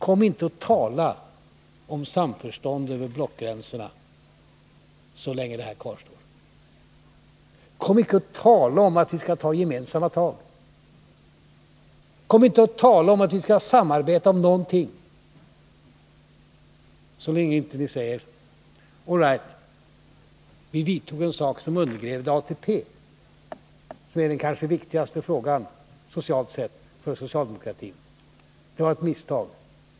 Kom inte och tala om samförstånd över blockgränserna så länge det här kvarstår. Kom inte och tala om gemensamma tag! Kom inte och tala om att vi skall samarbeta om någonting, så länge ni inte är beredda att säga: All right, vi vidtog en åtgärd som undergrävde ATP, som är den kanske viktigaste frågan, socialt sett, för sociademokratin. Det var ett misstag.